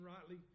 rightly